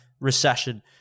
recession